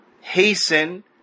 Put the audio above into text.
hasten